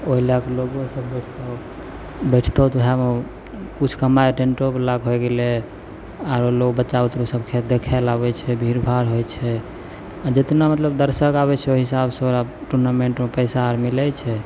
ओहि लऽ कऽ लोकोसभ बैठतौ बैठतौ तऽ वएहमे किछु कमाइ टेन्टोवलाके होइ गेलै आओर लोक बच्चा बुदरुकसभ खेल देखैले आबै छै भीड़ भाड़ होइ छै आओर जतना मतलब दर्शक आबै छै ओहि हिसाबसँ ओकरा टूर्नामेन्टमे पइसा आर मिलै छै